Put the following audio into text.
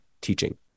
teaching